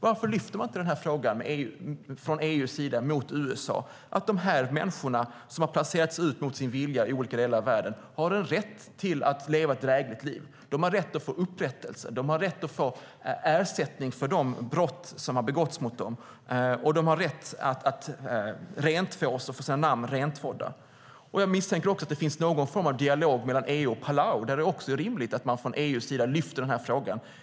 Varför lyfter man inte denna fråga från EU:s sida mot USA att dessa människor som har placerats ut mot sin vilja i olika delar i världen har en rätt att leva ett drägligt liv? De har rätt att få upprättelse och ersättning för de brott som har begåtts mot dem. De har rätt att få sina namn rentvådda. Jag misstänker också att det finns någon form av dialog mellan EU och Palau där det också är rimligt att man från EU:s sida lyfter den här frågan.